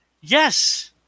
Yes